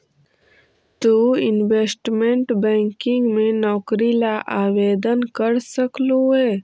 तु investment banking में नौकरी ला आवेदन कर सकलू हे